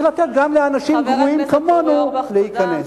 לתת גם לאנשים גרועים כמונו להיכנס.